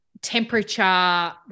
temperature